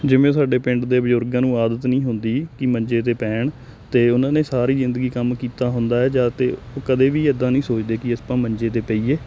ਜਿਵੇਂ ਸਾਡੇ ਪਿੰਡ ਦੇ ਬਜ਼ੁਰਗਾਂ ਨੂੰ ਆਦਤ ਨਹੀਂ ਹੁੰਦੀ ਕਿ ਮੰਜੇ 'ਤੇ ਪੈਣ ਅਤੇ ਉਹਨਾਂ ਨੇ ਸਾਰੀ ਜ਼ਿੰਦਗੀ ਕੰਮ ਕੀਤਾ ਹੁੰਦਾ ਹੈ ਜਾਂ ਤਾਂ ਉਹ ਕਦੇ ਵੀ ਇੱਦਾਂ ਨਹੀਂ ਸੋਚਦੇ ਕਿ ਆਪਾਂ ਮੰਜੇ 'ਤੇ ਪਈਏ